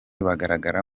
bagaragara